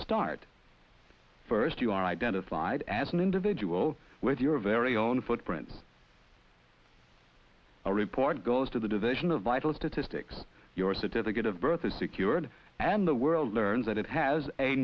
start first you are identified as an individual with your very own footprint a report goes to the division of vital statistics your certificate of birth is secured and the world learns that it has a